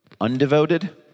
undevoted